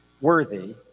worthy